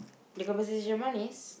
the compensation one is